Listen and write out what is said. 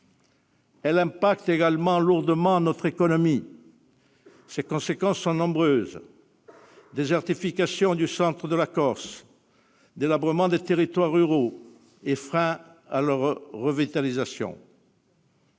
Elle impacte également lourdement notre économie ; ses conséquences sont nombreuses : désertification du centre de la Corse, délabrement des territoires ruraux et frein à leur décisions